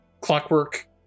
clockwork